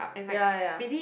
ya ya ya